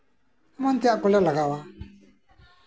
ᱮᱢᱟᱱ ᱛᱟᱭᱟᱜ ᱠᱚᱞᱮ ᱞᱟᱜᱟᱣᱟ